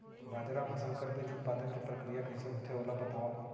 बाजरा मा संकर बीज उत्पादन के प्रक्रिया कइसे होथे ओला बताव?